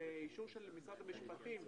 לאישור של משרד המשפטים.